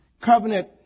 covenant